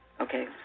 Okay